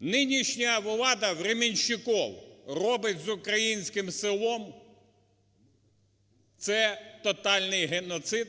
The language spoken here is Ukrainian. нинішня влада временщиков робить з українським селом – це тотальний геноцид